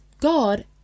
God